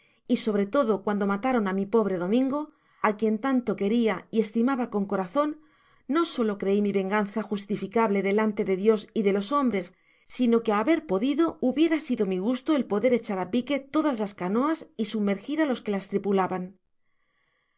y sobre todo cuando mataron á mi pobre domingo á quien tanto queria y estimaba con corazon no solo crei mi venganza justificable delante de dios y de los hombres sino que á haber podido hubiera sido mi gusto el poder echar á pique todas las canoas y sumergir á los que las tripulaban no